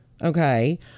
Okay